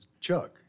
Chuck